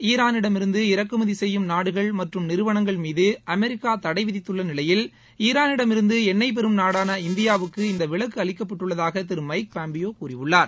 ஈரானிடமிருந்து இறக்குமதி செய்யும் நாடுகள் மற்றும் நிறுவனங்கள் மீது அமெிக்கா தடை விதித்துள்ள நிலையில் ஈரானிடமிருந்து எண்ணெய் பெரும் நாடாள இந்தியாவுக்கு இந்த விலக்கு அளிக்கப்பட்டுள்ளதாக திரு மைக் பாம்பியோ கூறியுள்ளார்